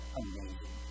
amazing